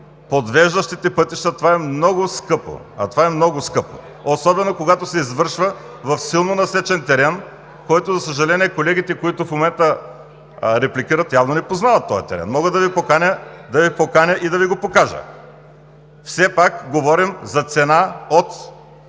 за България“.) Това е много скъпо, особено, когато се извършва в силно насечен терен, който, за съжаление, колегите, които в момента репликират, явно не познават този терен. Мога да Ви поканя и да Ви го покажа! Все пак говорим за цена –